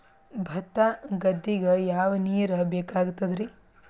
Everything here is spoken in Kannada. ಭತ್ತ ಗದ್ದಿಗ ಯಾವ ನೀರ್ ಬೇಕಾಗತದರೀ?